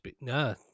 no